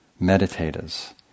meditators